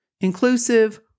inclusive